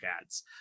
ads